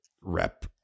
rep